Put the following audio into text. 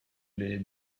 les